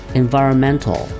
environmental